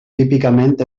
típicament